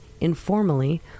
informally